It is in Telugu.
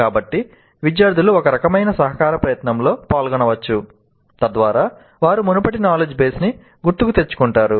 కాబట్టి విద్యార్థులు ఒక రకమైన సహకార ప్రయత్నంలో పాల్గొనవచ్చు తద్వారా వారు మునుపటి నాలెడ్జి బేస్ ని గుర్తుకు తెచ్చుకుంటారు